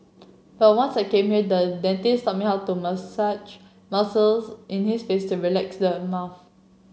but once I came here the dentist taught me how to massage muscles in his face to relax his mouth